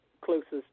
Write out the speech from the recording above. closest